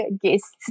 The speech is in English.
guests